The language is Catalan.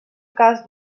cas